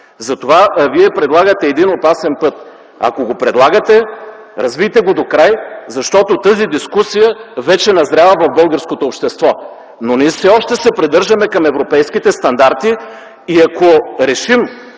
Затова Вие предлагате един опасен път. Ако го предлагате, развийте го докрай, защото тази дискусия вече назрява в българското общество, но ние все още се придържаме към европейските стандарти и ако решим